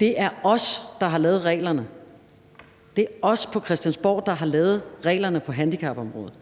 Det er os, der har lavet reglerne. Det er os på Christiansborg, der har lavet reglerne på handicapområdet.